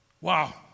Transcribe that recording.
Wow